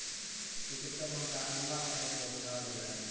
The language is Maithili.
चिकित्सक हुनका अउलुआ खाय के सुझाव देलक